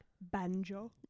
Banjo